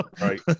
right